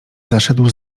zaszedł